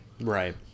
Right